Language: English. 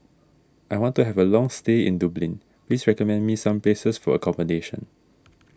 I want to have a long stay in Dublin please recommend me some places for accommodation